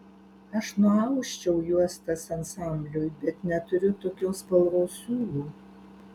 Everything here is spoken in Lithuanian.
aš nuausčiau juostas ansambliui bet neturiu tokios spalvos siūlų